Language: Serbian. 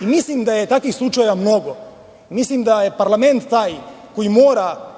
Mislim da je takvih slučajeva mnogo. Mislim da je parlament taj koji mora